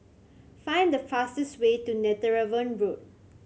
find the fastest way to Netheravon Road